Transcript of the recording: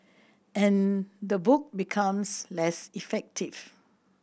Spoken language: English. and the book becomes less effective